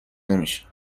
نمیشه